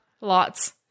lots